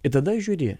ir tada žiūri